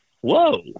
Whoa